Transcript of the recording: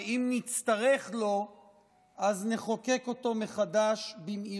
ואם נצטרך לו אז נחוקק אותו מחדש במהירות.